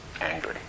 angry